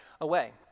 away